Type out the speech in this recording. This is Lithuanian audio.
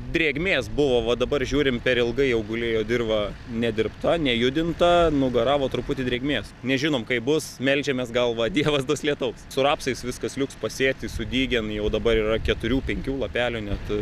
drėgmės buvo va dabar žiūrim per ilgai jau gulėjo dirva nedirbta nejudinta nugaravo truputį drėgmės nežinome kaip bus meldžiamės gal va dievas duos lietaus su rapsais viskas liuks pasėti sudygę jau dabar yra keturių penkių lapelių net